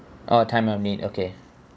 all the time I meet okay